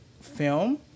film